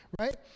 Right